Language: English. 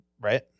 right